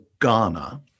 Ghana